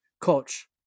coach